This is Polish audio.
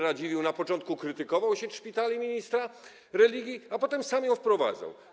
Radziwiłł na początku krytykował sieć szpitali ministra Religi, a potem sam ją wprowadzał.